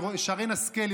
שרן השכל,